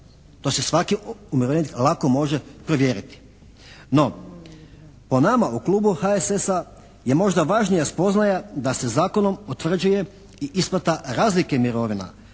To si svaki umirovljenik lako može provjeriti. No, po nama u klubu HSS-a je možda važnija spoznaja da se zakonom utvrđuje i isplata razlike mirovina